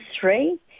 three